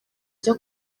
njya